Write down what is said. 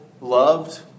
loved